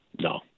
No